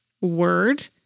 word